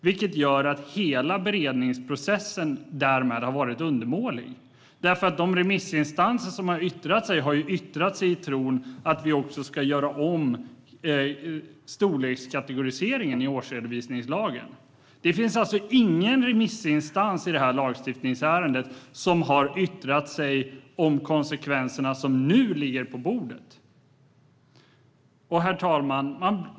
Därmed har hela beredningsprocessen varit undermålig, eftersom de remissinstanser som har yttrat sig har gjort det i tron att vi ska göra om storlekskategoriseringen i årsredovisningslagen. Det finns alltså ingen remissinstans i det här lagstiftningsärendet som har yttrat sig om konsekvenserna av det som nu ligger på bordet. Herr talman!